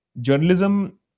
Journalism